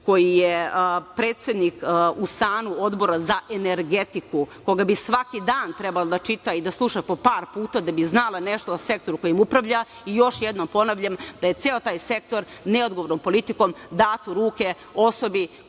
koji je predsednik u SANU Odbora za energetiku, koga bi svaki dan trebalo da čita i da sluša po par puta da bi znala nešto o sektoru kojim upravlja. Još jednom ponavljam da je ceo taj sektor neodgovornom politikom dat u ruke osobi